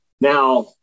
now